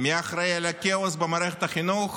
מי אחראי לכאוס במערכת החינוך?